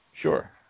Sure